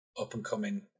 up-and-coming